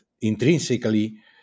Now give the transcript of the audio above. intrinsically